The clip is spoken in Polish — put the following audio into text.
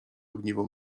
ogniwo